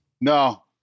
No